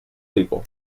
people